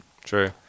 true